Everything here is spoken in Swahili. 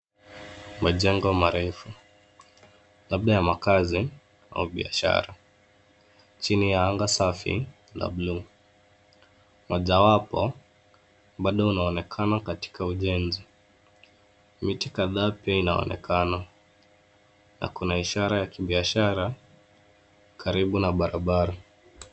Majengo marefu labda ya makazi au biashara, chini ya anga safi la blue .Mojawapo, bado unaonekana katika ujenzi. Miti kadhaa pia inaonekana, na kuna ishara ya kibiashara karibu na barabara.